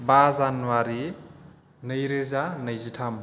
बा जानुवारि नैरोजा नैजिथाम